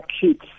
kids